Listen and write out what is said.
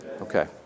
Okay